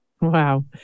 Wow